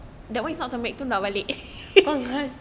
converse